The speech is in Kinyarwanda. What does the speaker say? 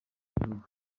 gihugu